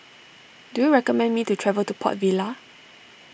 do you recommend me to travel to Port Vila